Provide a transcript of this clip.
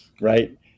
right